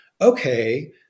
Okay